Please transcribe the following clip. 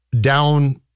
down